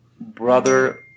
brother